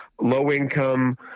low-income